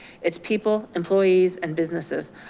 it's people, employees and businesses.